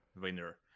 winner